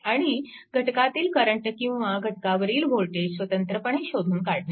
आणि घटकातील करंट किंवा घटकावरील वोल्टेज स्वतंत्रपणे शोधून काढणे